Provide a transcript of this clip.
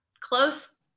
close